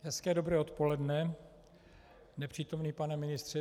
Hezké dobré odpoledne, nepřítomný pane ministře.